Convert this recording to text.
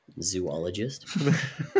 zoologist